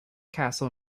castle